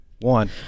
one